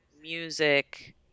music